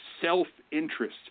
self-interest